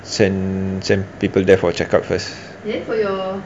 send send people there for check up first